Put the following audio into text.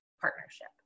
partnership